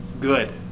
good